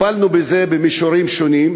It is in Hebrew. טיפלנו בזה במישורים שונים,